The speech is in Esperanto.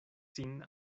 sin